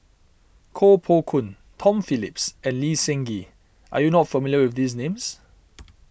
Koh Poh Koon Tom Phillips and Lee Seng Gee are you not familiar with these names